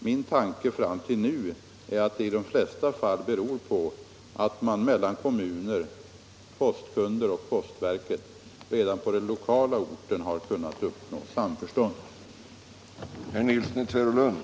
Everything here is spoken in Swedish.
Min tanke fram till nu är att det i de flesta fall beror på att man mellan kommunerna, postkunderna och postverket har kunnat uppnå samförstånd redan på lokal nivå.